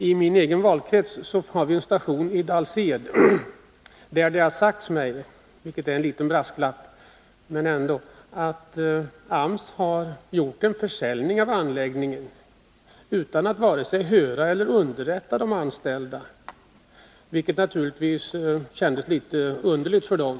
I min egen valkrets har vi en station i Dals-Ed, där det har sagts mig — vilket är en liten brasklapp — att AMS har gjort en försäljning av anläggningen utan att vare sig höra med eller underrätta de anställda. Det kändes naturligtvis litet underligt för dem.